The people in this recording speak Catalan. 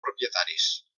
propietaris